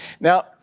Now